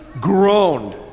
groaned